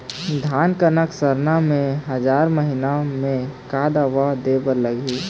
धान कनक सरना मे हजार महीना मे का दवा दे बर लगही?